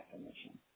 definition